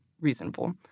reasonable